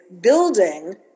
building